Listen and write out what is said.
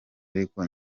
ariko